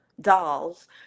dolls